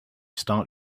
start